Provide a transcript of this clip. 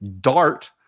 dart